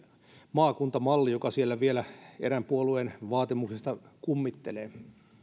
maakuntamalli joka siellä vielä erään puolueen vaatimuksesta kummittelee